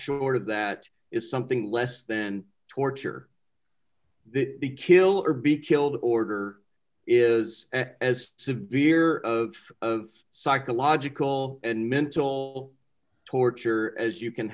short of that is something less than torture the kill or be killed order is as severe of psychological and mental torture as you can